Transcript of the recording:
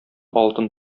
алтын